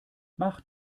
mach